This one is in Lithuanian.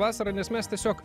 vasara nes mes tiesiog